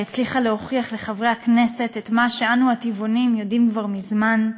שהצליחה להוכיח לחברי הכנסת את מה שאנו הטבעונים יודעים כבר מזמן,